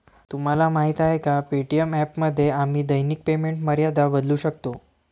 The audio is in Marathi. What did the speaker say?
तुम्हाला माहीत आहे का पे.टी.एम ॲपमध्ये आम्ही दैनिक पेमेंट मर्यादा बदलू शकतो?